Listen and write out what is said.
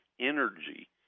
energy